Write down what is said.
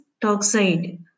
Toxide